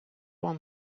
вам